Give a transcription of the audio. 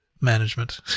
management